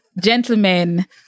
gentlemen